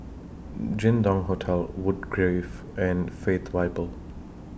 Jin Dong Hotel Woodgrove and Faith Bible